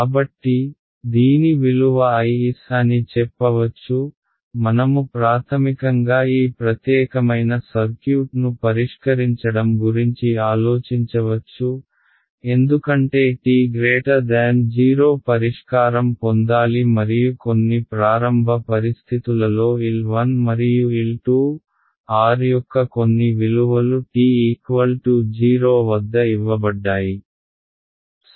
కాబట్టి దీని విలువ Is అని చెప్పవచ్చు మనము ప్రాథమికంగా ఈ ప్రత్యేకమైన సర్క్యూట్ను పరిష్కరించడం గురించి ఆలోచించవచ్చు ఎందుకంటే t0 పరిష్కారం పొందాలి మరియు కొన్ని ప్రారంభ పరిస్థితులలో L1 మరియు L2 R యొక్క కొన్ని విలువలు t0 వద్ద ఇవ్వబడ్డాయి